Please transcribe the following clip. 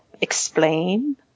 explain